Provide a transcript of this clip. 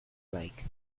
like